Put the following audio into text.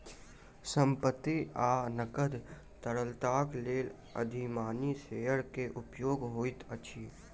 संपत्ति आ नकद तरलताक लेल अधिमानी शेयर के उपयोग होइत अछि